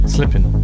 Slipping